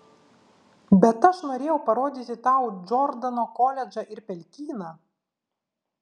bet aš norėjau parodyti tau džordano koledžą ir pelkyną